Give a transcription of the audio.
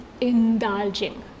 indulging